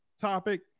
topic